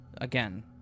again